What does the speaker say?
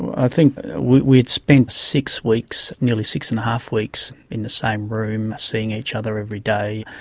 i think we'd spent six weeks, nearly six and a half weeks in the same room, seeing each other every day.